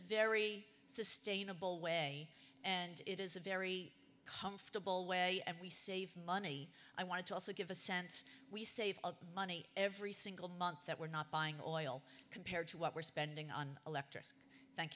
very sustainable way and it is a very comfortable way we save money i wanted to also give a sense we save money every single month that we're not buying oil compared to what we're spending on electric thank